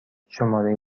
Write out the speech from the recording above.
شماره